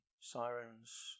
Sirens